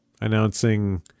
announcing